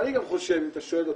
אני גם חושב, אם אתה שואל אותי,